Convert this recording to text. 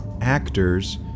actors